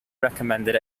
recommended